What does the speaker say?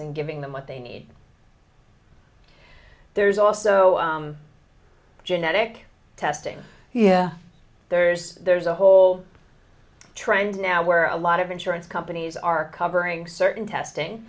and giving them what they need there's also genetic testing yeah there's there's a whole trend now where a lot of insurance companies are covering certain testing